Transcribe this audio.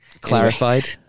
Clarified